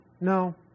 No